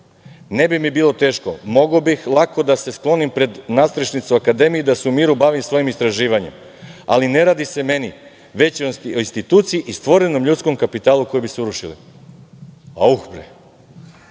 Ne bi mi bilo teško, mogao bih lako da se sklonim pred nadstrešnicu akademije i da se u miru bavim svojim istraživanjem, ali ne radi se o meni već o instituciji i stvorenom ljudskom kapitalu koji bi se urušili". Auh!